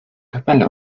kapelle